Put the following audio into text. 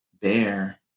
bear